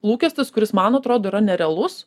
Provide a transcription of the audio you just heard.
lūkestis kuris man atrodo yra nerealus